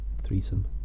threesome